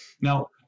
Now